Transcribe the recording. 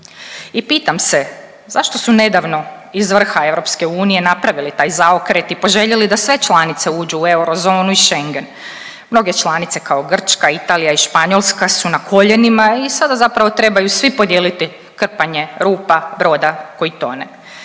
I pitam se zašto su nedavno iz vrha EU napravili taj zaokret i poželjeli da sve članice uđu u eurozonu i Schengen. Mnoge članice kao Grčka, Italija i Španjolska su na koljenima i sad zapravo trebaju svi podijeliti krpanje rupa, broda koji tone.